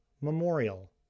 memorial